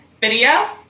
video